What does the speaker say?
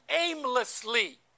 aimlessly